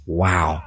wow